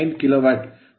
03 ಆಗಿದೆ